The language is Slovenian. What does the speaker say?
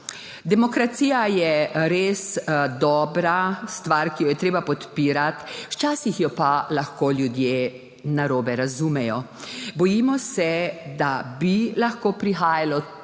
Demokracija je res dobra stvar, ki jo je treba podpirati, včasih jo pa lahko ljudje narobe razumejo. Bojimo se, da bi lahko prihajalo